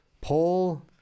Paul